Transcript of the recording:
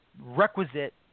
requisite